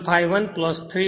051 3